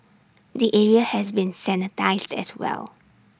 the area has been sanitised as well